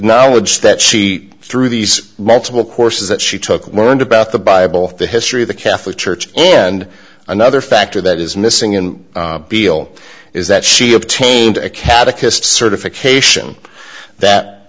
acknowledged that she through these multiple courses that she took learned about the bible the history of the catholic church and another factor that is missing and below is that she obtained a catechist certification that